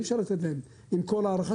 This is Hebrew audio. אי אפשר לתת להם, עם כל ההערכה